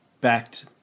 backed